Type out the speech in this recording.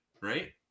right